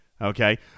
Okay